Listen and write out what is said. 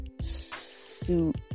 Suit